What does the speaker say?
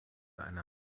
einer